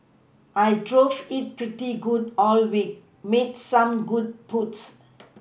I drove it pretty good all week made some good putts